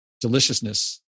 deliciousness